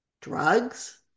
drugs